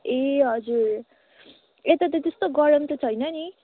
ए हजुर यता त त्यस्तो गरम त छैन नि